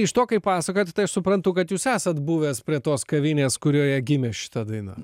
iš to kai pasakojot tai aš suprantu kad jūs esat buvęs prie tos kavinės kurioje gimė šita daina